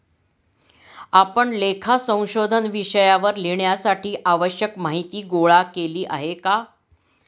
आपण लेखा संशोधन विषयावर लिहिण्यासाठी आवश्यक माहीती गोळा केली आहे का?